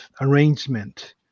arrangement